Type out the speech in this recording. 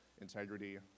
integrity